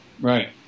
right